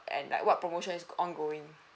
and like what promotions ongoing